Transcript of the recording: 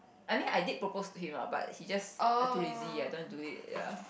I mean I did propose to him lah but he just I too lazy I don't want to do it ya